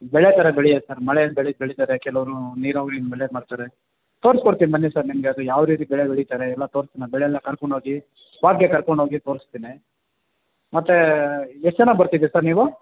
ಬೆಳೆ ಥರ ಬೆಳ್ಯೋದು ಸರ್ ಮಳೇಲಿ ಬೆಳೆ ಬೆಳಿತಾರೆ ಕೆಲವರು ನೀರಾವ್ರಿಯಿಂದ ಬೆಳೆ ಮಾಡ್ತಾರೆ ತೋರ್ಸ್ಕೊಡ್ತಿನಿ ಬನ್ನಿ ಸರ್ ನಿಮಗೆ ಅದು ಯಾವ ರೀತಿ ಬೆಳೆ ಬೆಳಿತಾರೆ ಎಲ್ಲ ತೋರ್ಸ್ತಿನಿ ಅದು ಬೆಳೆ ಎಲ್ಲ ಕರ್ಕೊಂಡೋಗಿ ಸ್ಪಾಟ್ಗೆ ಕರ್ಕೊಂಡೋಗಿ ತೋರಿಸ್ತೇನೆ ಮತ್ತೆ ಎಷ್ಟು ಜನ ಬರ್ತಿದ್ದೀರಿ ಸರ್ ನೀವು